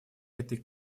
этой